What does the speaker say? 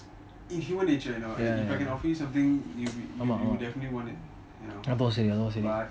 it's human nature you know if I can offer you something you you you will definitely want it